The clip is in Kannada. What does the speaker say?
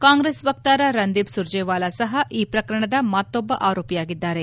ಕಾಂಗ್ರೆಸ್ ವಕ್ತಾರ ರಂದೀಪ್ ಸುರ್ಜೇವಾಲಾ ಸಹ ಈ ಪ್ರಕರಣದ ಮತ್ತೊಬ್ಬ ಆರೋಪಿಯಾಗಿದ್ದಾರೆ